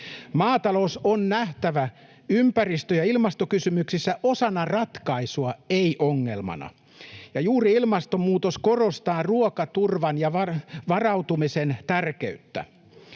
Maatalous on nähtävä ympäristö- ja ilmastokysymyksissä osana ratkaisua, ei ongelmana. Ja juuri ilmastonmuutos korostaa ruokaturvan ja varautumisen tärkeyttä.